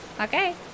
Okay